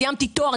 סיימתי תואר,